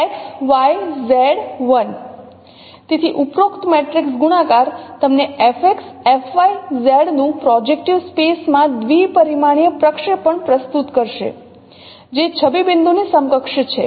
તેથી ઉપરોક્ત મેટ્રિક્સ ગુણાકાર તમને fX fY Z નું પ્રોજેક્ટીવ સ્પેસ માં દ્વિપરિમાણીય પ્રક્ષેપણ પ્રસ્તુત કરશે જે છબી બિંદુની સમકક્ષ છે